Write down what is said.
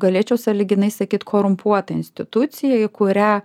galėčiau sąlyginai sakyt korumpuota institucija į kurią